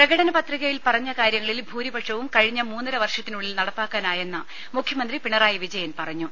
പ്രകടന പത്രികയിൽ പറഞ്ഞ കാര്യങ്ങൾ ഭൂരിപക്ഷവും കഴിഞ്ഞ മൂന്നര വർഷത്തിനുള്ളിൽ നടപ്പാക്കാനായെന്ന് മുഖ്യമന്ത്രി പിണറായി വിജ യൻ പറഞ്ഞു